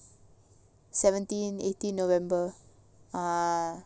seventeen eighteen november ah